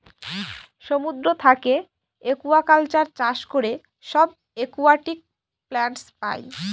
সমুদ্র থাকে একুয়াকালচার চাষ করে সব একুয়াটিক প্লান্টস পাই